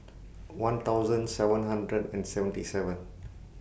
one thousand seven hundred and seventy seven